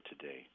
today